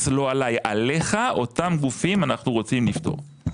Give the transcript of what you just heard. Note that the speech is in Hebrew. לא עלי אלא עליך את אותם גופים אנחנו רוצים לפטור.